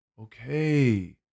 Okay